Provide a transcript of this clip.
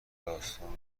داستانش